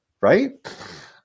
right